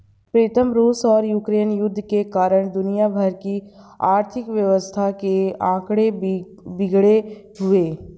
प्रीतम रूस और यूक्रेन युद्ध के कारण दुनिया भर की अर्थव्यवस्था के आंकड़े बिगड़े हुए